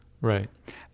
Right